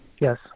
Yes